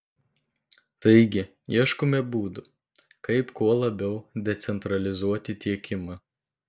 taigi ieškome būdų kaip kuo labiau decentralizuoti tiekimą